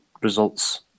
results